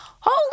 holy